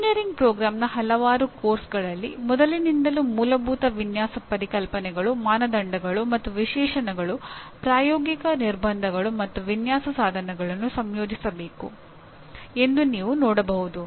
engineering ಪ್ರೋಗ್ರಾಂನ ಹಲವಾರು ಪಠ್ಯಕ್ರಮಗಳಲ್ಲಿ ಮೊದಲಿನಿಂದಲೂ ಮೂಲಭೂತ ವಿನ್ಯಾಸ ಪರಿಕಲ್ಪನೆಗಳು ಮಾನದಂಡಗಳು ಮತ್ತು ವಿಶೇಷಣಗಳು ಪ್ರಾಯೋಗಿಕ ನಿರ್ಬಂಧಗಳು ಮತ್ತು ವಿನ್ಯಾಸ ಸಾಧನಗಳನ್ನು ಸಂಯೋಜಿಸಬೇಕು ಎಂದು ನೀವು ನೋಡಬಹುದು